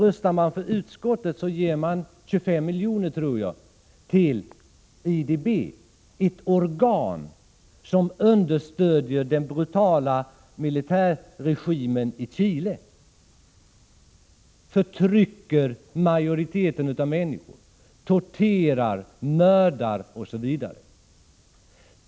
Röstar man för utskottets hemställan anslår man 25 milj.kr. till IDB, ett organ som understöder den brutala militärregimen i Chile, som förtrycker majoriteten av människorna, torterar, mördar osv.